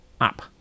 up